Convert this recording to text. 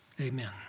Amen